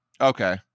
Okay